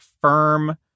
firm